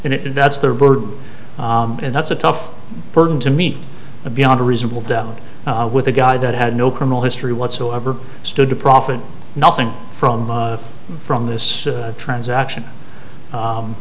and it is that's their burden and that's a tough burden to meet beyond a reasonable doubt with a guy that had no criminal history whatsoever stood to profit nothing from from this transaction